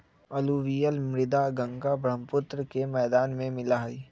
alluvial मृदा गंगा बर्ह्म्पुत्र के मैदान में मिला हई